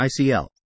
ICL